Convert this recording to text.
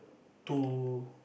too